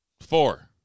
Four